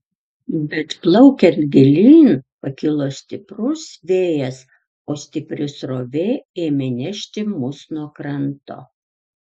bet plaukiant gilyn pakilo stiprus vėjas o stipri srovė ėmė nešti mus nuo kranto